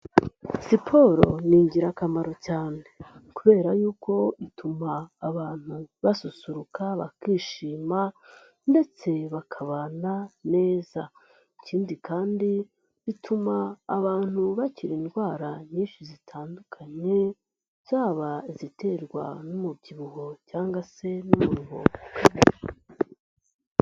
Siporo ni ingirakamaro cyane, kubera yuko ituma abantu basusuruka bakishima ndetse bakabana neza, ikindi kandi bituma abantu bakira indwara nyinshi zitandukanye zaba iziterwa n'umubyibuho cyangwa se n'umuruho.